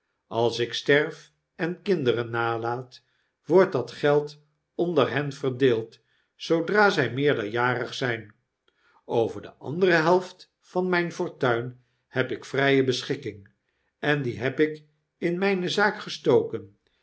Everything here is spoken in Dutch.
als ik sterf en kinderen nalaat wordt dat geld onder hen verdeeld zoodra zij meerderjarig zijn over de andere helft van mijn fortuin heb ik vrije beschikking en die heb ik in mijne zaak gestoken